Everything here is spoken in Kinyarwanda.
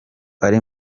ari